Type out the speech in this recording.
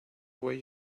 way